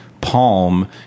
palm